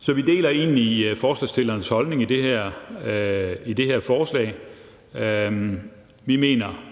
Så vi deler egentlig forslagsstillernes holdning i det her forslag. Vi mener,